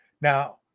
Now